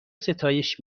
ستایش